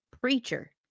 Preacher